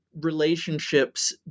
relationships